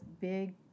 big